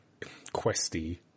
questy